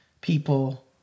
people